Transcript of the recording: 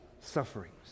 sufferings